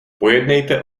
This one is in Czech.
pojednejte